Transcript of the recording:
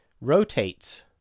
rotates